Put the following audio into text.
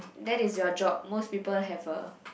that is your job most people have a